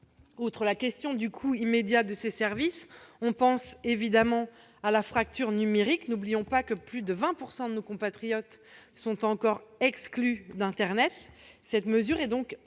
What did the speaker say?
Outre la question du coût immédiat de ces services, se pose la question de la fracture numérique. N'oublions pas que plus de 20 % de nos compatriotes sont encore exclus d'internet. Cette mesure est donc grave.